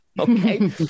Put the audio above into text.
Okay